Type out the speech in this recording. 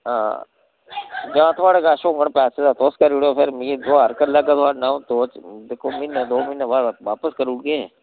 हां जां थुआढ़े कश होङन पैसे तां तुस करी ओड़ो फिर मिगी दुहार करी लैह्गा थुआढ़े नै अ'ऊं ते कोई म्हीने दो म्हीनें बाद अस बापस करी ओड़गे